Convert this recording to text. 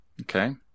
Okay